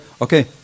Okay